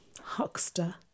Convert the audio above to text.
huckster